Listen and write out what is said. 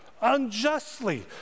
unjustly